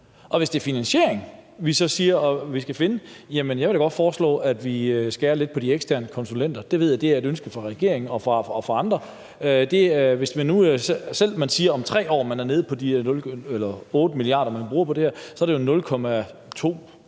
Og hvis det er finansieringen, som vi siger at vi skal finde, jamen så vil jeg da gerne foreslå, at vi skærer lidt ned på de eksterne konsulenter; det ved jeg er et ønske fra regeringen og fra andre. Hvis man nu siger, at man om 3 år er nede på de 8 mia. kr., som man vil bruge på det her, så er det jo en